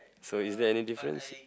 so is there any difference